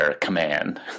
Command